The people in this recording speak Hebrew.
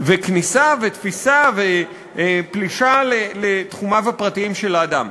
וכניסה ותפיסה ופלישה לתחומיו הפרטיים של האדם.